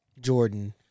Jordan